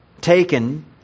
taken